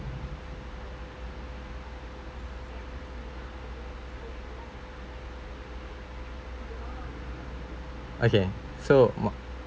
okay so my